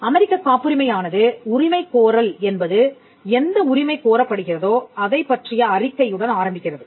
அமெரிக்கக் காப்புரிமையானது உரிமைகோரல் என்பது எந்த உரிமை கோரப் படுகிறதோ அதைப் பற்றிய அறிக்கையுடன் ஆரம்பிக்கிறது